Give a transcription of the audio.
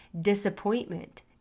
disappointment